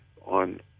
on